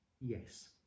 Yes